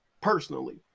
personally